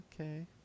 Okay